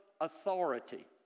authority